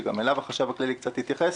שגם אליו החשב הכללי התייחס,